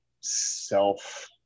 self